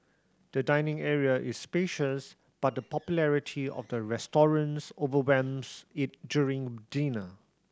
the dining area is spacious but the popularity of the overwhelms it during dinner